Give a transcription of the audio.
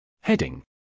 Heading